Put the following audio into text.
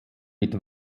mit